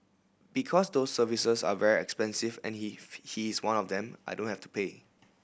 because those services are very expensive and he he is one of them I don't have to pay